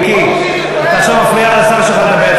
מיקי, אתה עכשיו מפריע לשר שלך לדבר.